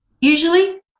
usually